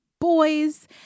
boys